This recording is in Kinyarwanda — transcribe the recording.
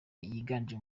yiganje